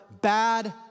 bad